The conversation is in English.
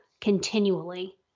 continually